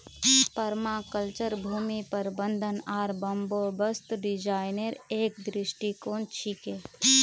permaculture भूमि प्रबंधन आर बंदोबस्त डिजाइनेर एक दृष्टिकोण छिके